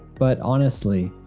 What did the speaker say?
but honestly,